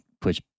push